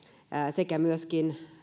sekä myöskin